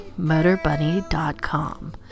Motorbunny.com